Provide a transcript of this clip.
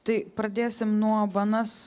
tai pradėsim nuo bns